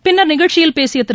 பின்னா் நிகழ்ச்சியில் பேசிய திரு